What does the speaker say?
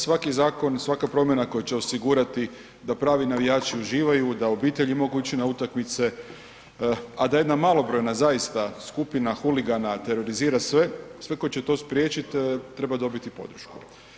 Svaki zakon, svaka promjena koja će osigurati da pravi navijači uživaju, da obitelji mogu ići na utakmice, a da jedna malobrojna zaista skupina huligana terorizira sve, svi koji će to spriječiti treba dobiti podršku.